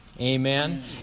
amen